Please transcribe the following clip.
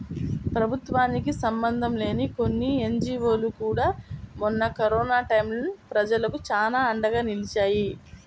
ప్రభుత్వానికి సంబంధం లేని కొన్ని ఎన్జీవోలు కూడా మొన్న కరోనా టైయ్యం ప్రజలకు చానా అండగా నిలిచాయి